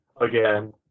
again